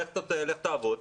לך תעבוד,